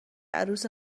عروس